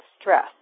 stress